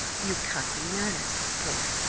you can't be in earnest, miss portman!